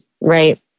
right